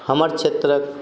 हमर क्षेत्रक